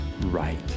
right